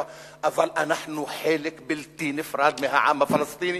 אבל אנחנו חלק בלתי נפרד מהעם הפלסטיני,